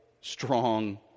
strong